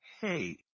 hey